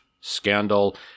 scandal